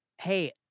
Hey